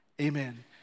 amen